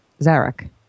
Zarek